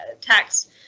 tax